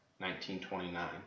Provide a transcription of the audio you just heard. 1929